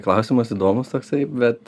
klausimas įdomus toksai bet